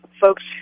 folks